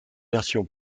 version